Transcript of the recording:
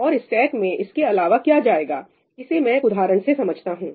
और स्टैक में इसके अलावा क्या जाएगा इसे मैं एक उदाहरण से समझाता हूं